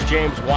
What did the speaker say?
James